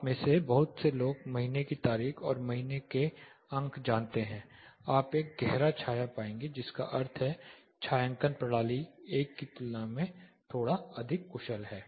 आप में से बहुत से लोग महीने की तारीख और महीने के अंक जानते हैं आप एक गहरा छाया पाएंगे जिसका अर्थ है कि छायांकन प्रणाली पिछले एक की तुलना में थोड़ा अधिक कुशल है